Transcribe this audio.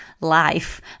life